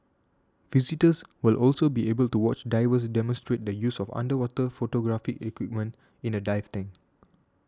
visitors will also be able to watch divers demonstrate the use of underwater photographic equipment in a dive tank